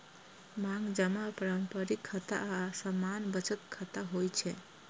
मांग जमा पारंपरिक खाता आ सामान्य बचत खाता होइ छै